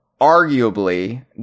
arguably